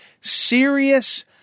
serious